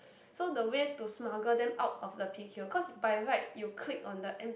so the way to smuggle them out of the p_q cause by right you click on the M